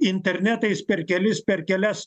internetais per kelis per kelias